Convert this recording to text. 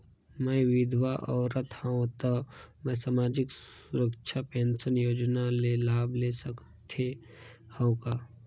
मैं विधवा औरत हवं त मै समाजिक सुरक्षा पेंशन योजना ले लाभ ले सकथे हव का?